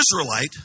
Israelite